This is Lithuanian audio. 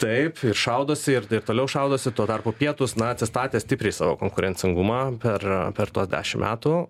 taip ir šaudosi ir ir toliau šaudosi tuo tarpu pietūs na atsistatė stipriai savo konkurencingumą per per tuos dešim metų